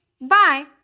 bye